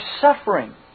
suffering